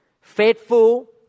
faithful